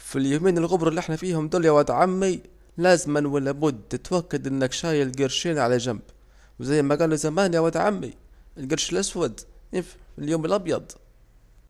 في اليومين الغبر الي احنا فيهم دول يا واد عمي لازم ولابد تتوكد انك شايل جرشين على جمب، وزي ما جالوا زمان يا واد عمي الجرش الاسود ينفع في اليوم الابيض